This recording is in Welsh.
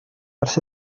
ers